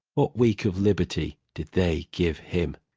what week of liberty did they give him?